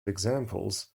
examples